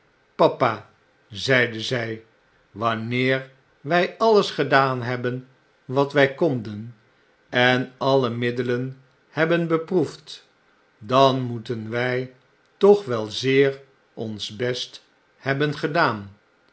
papa zeide z wanneer wg allesgedaan hebben wat wjj konden en alle middelen hebben beproefd dan moeten wij toch wel zeer ons best hebben gedaan